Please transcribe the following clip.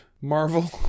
Marvel